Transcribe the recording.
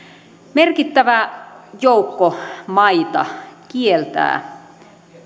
merkittävä joukko maita kieltää